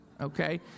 Okay